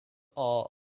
are